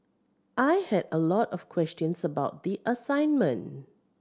I had a lot of questions about the assignment